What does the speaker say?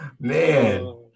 Man